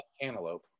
cantaloupe